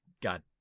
god